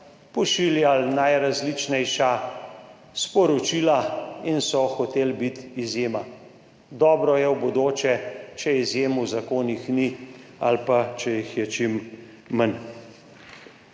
pošiljali najrazličnejša sporočila in so hoteli biti izjema. V bodoče je dobro, če izjem v zakonih ni ali pa če jih je čim manj.